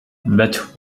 but